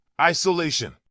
Isolation